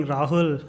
Rahul